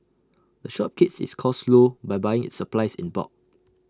the shop keeps its costs low by buying its supplies in bulk